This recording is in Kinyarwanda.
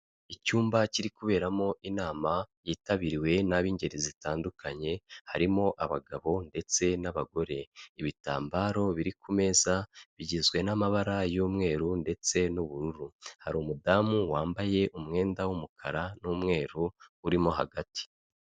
Icyumba kiri kuberamo inama yitabiriwe n'ab'ingeri zitandukanye, harimo abagabo ndetse n'abagore. Ibitambaro biri ku meza bigizwe n'amabara y'umweru ndetse n'ubururu. Hari umudamu wambaye umwenda w'umukara n'umweru urimo hagati.